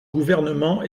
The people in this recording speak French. gouvernement